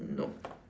nope